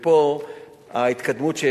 ופה ההתקדמות,